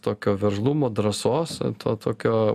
tokio veržlumo drąsos to tokio